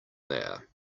there